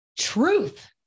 truth